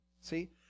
See